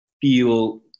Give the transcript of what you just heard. feel